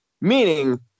meaning